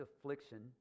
affliction